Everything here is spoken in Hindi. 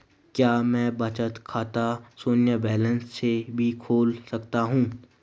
क्या मैं बचत खाता शून्य बैलेंस से भी खोल सकता हूँ?